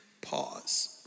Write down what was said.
pause